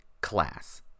class